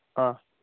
ஆ